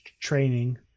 training